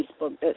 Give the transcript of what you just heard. facebook